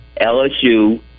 LSU